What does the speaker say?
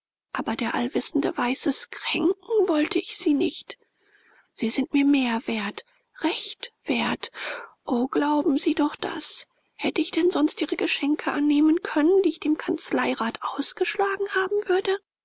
aber der allwissende weiß es kränken wollte ich sie nicht sie sind mir wert recht wert o glauben sie doch das hätte ich denn sonst ihre geschenke annehmen können die ich dem kanzleirat ausgeschlagen haben würde